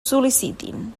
sol·licitin